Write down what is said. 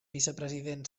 vicepresident